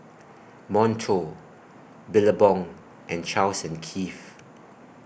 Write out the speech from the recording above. Monto Billabong and Charles and Keith